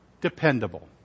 Dependable